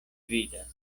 vidas